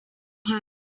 sam